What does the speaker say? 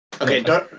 Okay